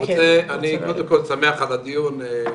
אני רוצה לומר שני דברים לגבי מה שאמרת.